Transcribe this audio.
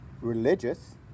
religious